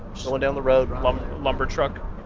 so down the road lumber truck